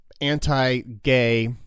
anti-gay